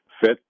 Fit